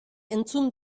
entzun